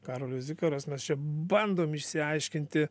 karolis zikaras mes čia bandom išsiaiškinti